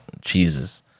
Jesus